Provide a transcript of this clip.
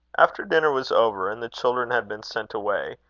after dinner was over, and the children had been sent away,